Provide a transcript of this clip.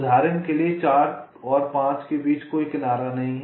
उदाहरण के लिए 4 और 5 के बीच कोई किनारा नहीं है